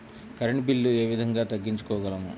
Current bill ఏ విధంగా తగ్గించుకోగలము?